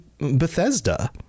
Bethesda